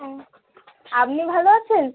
ও আপনি ভালো আছেন